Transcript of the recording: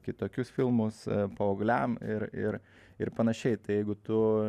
kitokius filmus paaugliam ir ir ir panašiai tai jeigu tu